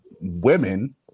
women